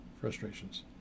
frustrations